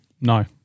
No